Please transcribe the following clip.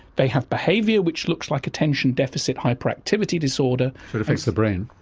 they have behaviour which looks like attention deficit hyperactivity disorder. so it affects the brain?